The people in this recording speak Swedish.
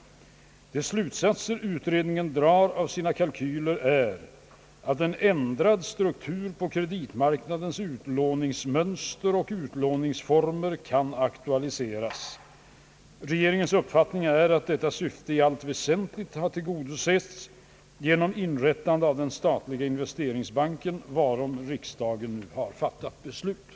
De slutsatser utredningen drar av sina kalkyler är att en ändrad struktur på kreditmarknadens utlåningsmönster och utlåningsformer kan aktualiseras. Regeringens uppfattning är att detta syfte i allt väsentlig tillgodoses genom inrättandet av den statliga investeringsbanken, varom riksdagen nu beslutat.